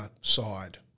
side